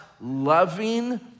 loving